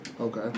Okay